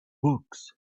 books